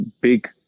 big